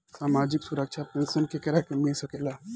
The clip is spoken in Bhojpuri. सामाजिक सुरक्षा पेंसन केकरा के मिल सकेला?